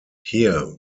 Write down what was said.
here